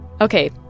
Okay